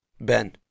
Ben